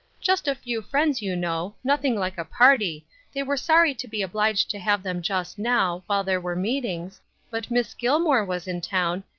just a few friends, you know, nothing like a party they were sorry to be obliged to have them just now while there were meetings but miss gilmore was in town,